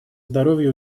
здоровья